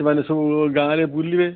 ସେମାନେ ସବୁ ଗାଁରେ ବୁଲିବେ